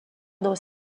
dans